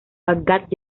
bagdad